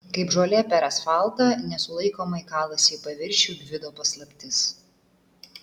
kaip žolė per asfaltą nesulaikomai kalasi į paviršių gvido paslaptis